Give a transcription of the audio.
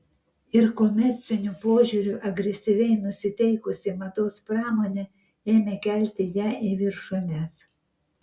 ir komerciniu požiūriu agresyviai nusiteikusi mados pramonė ėmė kelti ją į viršūnes